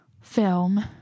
film